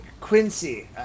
Quincy